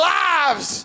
lives